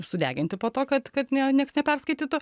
ir sudeginti po to kad kad nieks neperskaitytų